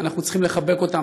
אנחנו צריכים לחבק אותם.